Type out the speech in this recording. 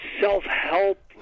self-help